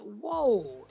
whoa